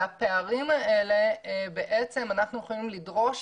על הפערים האלה אנחנו יכולים לדרוש